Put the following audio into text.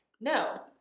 no